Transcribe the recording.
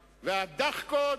והדאחקות,